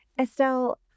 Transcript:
Estelle